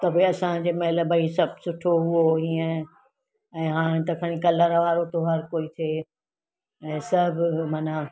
त भई असां जंहिं महिल भई सभु सुठो हुओ हीअं ऐं हाणे त खणी कलर वारो थो हर कोई थिए ऐं सभु मना